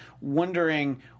wondering